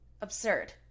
absurd